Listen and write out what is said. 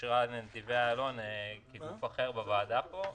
אושרה נתיבי איילון כ"גוף אחר" בוועדת הכספים.